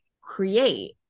Create